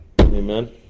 amen